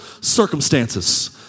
circumstances